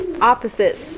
opposite